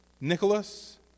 Nicholas